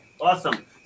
Awesome